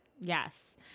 Yes